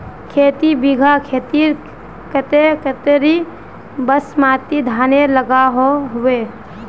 खेती बिगहा खेतेर केते कतेरी बासमती धानेर लागोहो होबे?